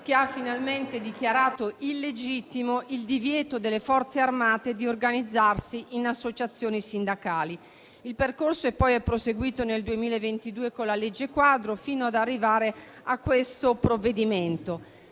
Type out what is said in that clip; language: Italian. che ha finalmente dichiarato illegittimo il divieto delle Forze armate di organizzarsi in associazioni sindacali. Il percorso è poi proseguito nel 2022 con la legge quadro, fino ad arrivare a questo provvedimento.